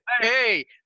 hey